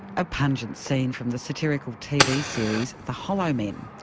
a pungent scene from the satirical tv series the hollowmen.